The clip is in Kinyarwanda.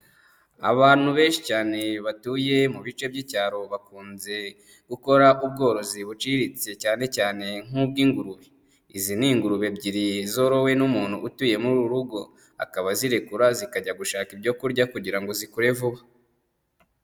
Abantu benshi cyane batuye mu bice by'icyaro bakunze gukora ubworozi buciriritse cyane cyane nk'ubw'ingurube; izi ni ingurube ebyiri zorowe n'umuntu utuye muri uru rugo, akaba azirekura zikajya gushaka ibyo kurya kugira ngo zikure vuba.